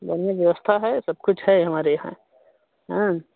बढ़िया व्यवस्था है सब कुछ है हमारे यहाँ हँ